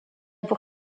pour